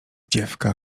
dziewka